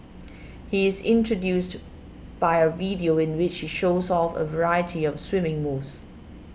he is introduced by a video in which he shows off a variety of swimming moves